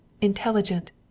intelligent